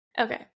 Okay